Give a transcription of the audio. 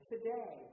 Today